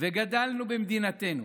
וגדלנו במדינתנו.